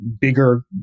bigger